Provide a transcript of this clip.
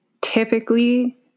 typically